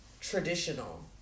traditional